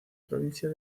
provincia